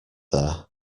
there